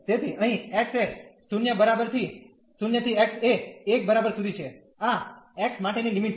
તેથી અહીં x એ 0 બરાબર થી 0 થી x એ 1 બરાબર સુધી છે આ x માટેની લિમિટ છે